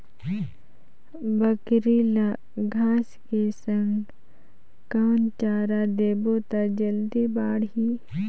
बकरी ल घांस के संग कौन चारा देबो त जल्दी बढाही?